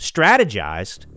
Strategized